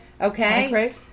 Okay